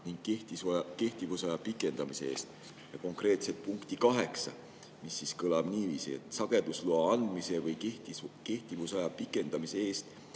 ning kehtivusaja pikendamise eest", konkreetselt punkti 8, mis kõlab niiviisi: "Sagedusloa andmise või kehtivusaja pikendamise eest